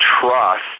trust